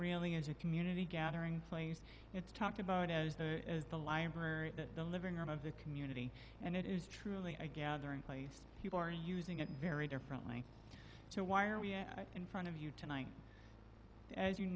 really is a community gathering place it's talked about as the library the living room of the community and it is truly a gathering place people are using it very differently so why are we in front of you tonight as you